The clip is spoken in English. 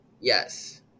Yes